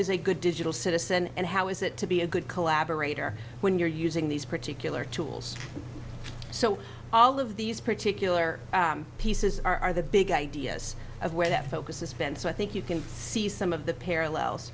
a good digital citizen and how is it to be a good collab parader when you're using these particular tools so all of these particular pieces are the big ideas of where that focus is been so i think you can see some of the parallels